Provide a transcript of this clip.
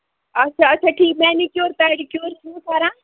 اَچھا اچھا ٹھیٖک ٹھیٖک مٮ۪نِکیور پٮ۪ڈِکیور چھِوٕ کَران